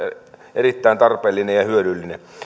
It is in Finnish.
erittäin tarpeellinen ja hyödyllinen